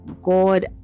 God